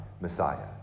Messiah